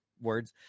words